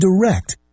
direct